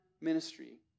ministry